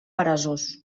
peresós